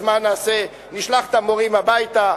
אז מה נעשה, נשלח את המורים הביתה?